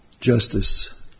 justice